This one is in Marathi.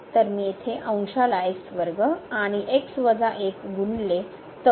तर मी येथे अंशाला आणि गुणले तर